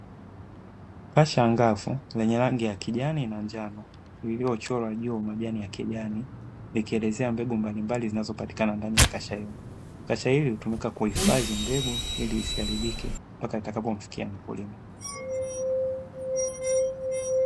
Kasha angavu lenye rangi ya kijani na njayo lilichorwa juu majani ya kijani likielezea mbegu mbalimbali zinazopatikana ndani kasha hilo. Kasha hili hutumika kuhifadhi mbegu ili isiharibike mpaka itakapomfikia mkulima.